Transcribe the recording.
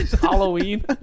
Halloween